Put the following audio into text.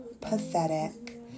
pathetic